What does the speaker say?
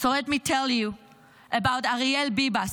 So let me tell you about Ariel Bibas,